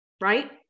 right